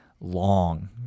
long